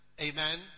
Amen